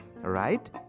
right